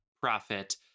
profit